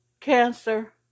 cancer